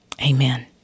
Amen